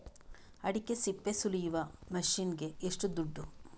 ಅಡಿಕೆ ಸಿಪ್ಪೆ ಸುಲಿಯುವ ಮಷೀನ್ ಗೆ ಏಷ್ಟು ದುಡ್ಡು?